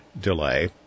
delay